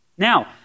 Now